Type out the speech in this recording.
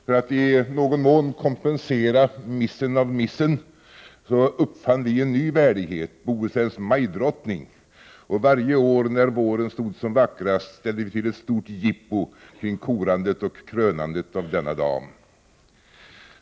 För att i någon mån kompensera missen av missen uppfann vi en ny värdighet, Bohusläns Majdrottning. Varje år när våren stod som vackrast ställde vi till ett stort jippo kring korandet och krönandet av denna dam.